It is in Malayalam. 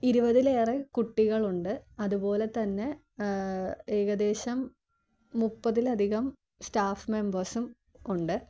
ഇരുവതിലേറെ കുട്ടികളുണ്ട് അതുപോലെതന്നെ ഏകദേശം മുപ്പതിലധികം സ്റ്റാഫ് മെമ്പേഴ്സും ഉണ്ട്